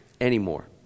anymore